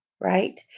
right